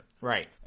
right